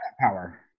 power